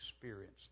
experience